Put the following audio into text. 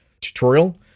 tutorial